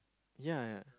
yea